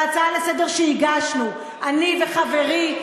בהצעה לסדר שהגשנו אני וחברי,